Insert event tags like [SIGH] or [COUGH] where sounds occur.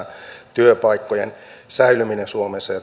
työpaikkojen säilyminen suomessa ja [UNINTELLIGIBLE]